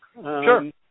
Sure